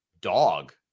dog